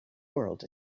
world